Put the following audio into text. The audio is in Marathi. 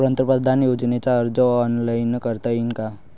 पंतप्रधान योजनेचा अर्ज ऑनलाईन करता येईन का?